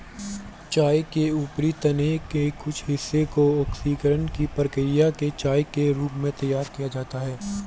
चाय के ऊपरी तने के कुछ हिस्से को ऑक्सीकरण की प्रक्रिया से चाय के रूप में तैयार किया जाता है